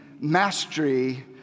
mastery